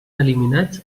eliminats